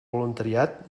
voluntariat